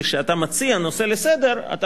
שכשאתה מציע נושא לסדר-היום,